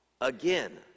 again